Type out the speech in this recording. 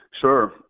Sure